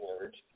words